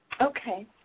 Okay